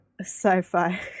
sci-fi